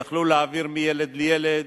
יכלו להעביר מילד לילד,